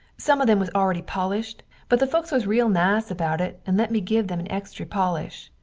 some of them was already polisht but the folks was real nice about it and let me give them an extry polish.